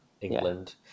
England